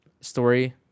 story